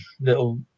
little